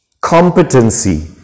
competency